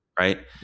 Right